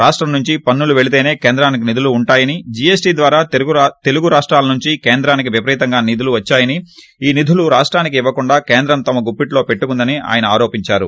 రాష్టం నుంచి పన్ను లు వెళితేనే కేంద్రానికి నిధులు ఉంటాయాని జీఎస్టీ ద్వారా తెలుగు రాష్టాల నుంచి కేంద్రానికి విపరీతంగా నిధులు వచ్చాయని ఆ నిధులు రాష్ట్రాలకు ఇవ్వకుండా కేంద్రం తమ గుప్పిట్లో పెట్టుకుందని ఆయన ఆరోపించారు